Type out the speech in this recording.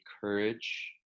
courage